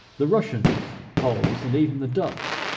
the russians, poles, and even the dutch,